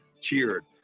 cheered